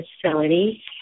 facility